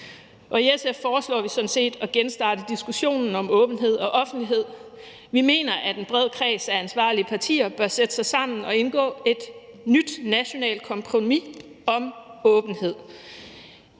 I SF foreslår vi sådan set at genstarte diskussionen om åbenhed og offentlighed. Vi mener, at en bred kreds af ansvarlige partier bør sætte sig sammen og indgå et nyt nationalt kompromis om åbenhed.